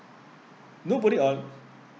nobody on